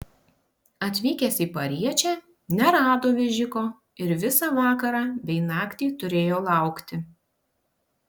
atvykęs į pariečę nerado vežiko ir visą vakarą bei naktį turėjo laukti